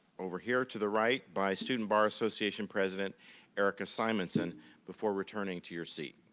over here to the right by student bar association president erica simonson before returning to your seat.